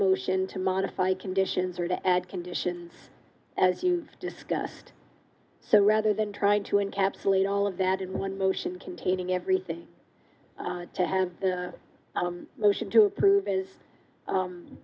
motion to modify conditions or to add conditions as you discussed so rather than try to encapsulate all of that in one motion containing everything to have a motion to prove